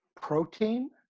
protein